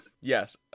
yes